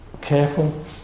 careful